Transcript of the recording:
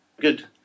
good